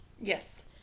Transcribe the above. Yes